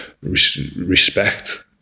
respect